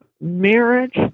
marriage